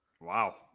wow